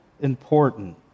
important